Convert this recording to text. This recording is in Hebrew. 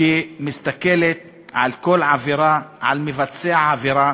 שמסתכלת על כל עבירה, על מבצע העבירה,